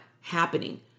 happening